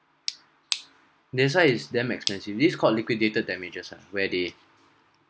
that's why it's damn expensive these called liquidated damages ah where they